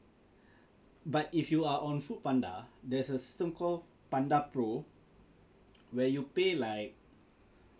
but if you are on Foodpanda there's a system called panda pro where you pay like